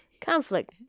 Conflict